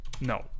No